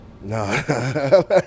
No